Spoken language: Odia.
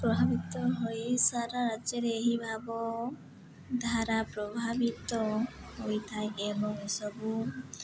ପ୍ରଭାବିତ ହୋଇ ସାରା ରାଜ୍ୟରେ ଏହି ଭାବ ଧାରା ପ୍ରଭାବିତ ହୋଇଥାଏ ଏବଂ ଏସବୁ